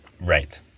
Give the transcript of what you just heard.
Right